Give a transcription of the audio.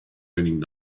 raining